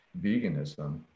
veganism